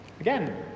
Again